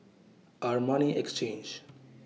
Armani Exchange